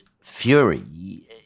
fury